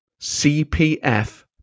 CPF